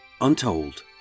untold